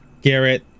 Garrett